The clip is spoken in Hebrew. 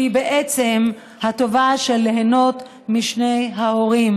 שהיא בעצם הטובה של ליהנות משני ההורים.